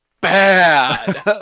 Bad